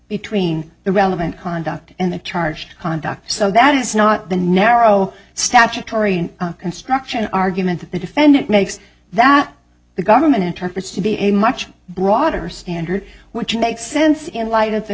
between the relevant conduct and the charged conduct so that is not the narrow statutory construction argument that the defendant makes that the government interprets to be a much broader standard which makes sense in light of the